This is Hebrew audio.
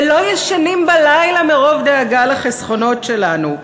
שלא ישנים בלילה מרוב דאגה לחסכונות שלנו,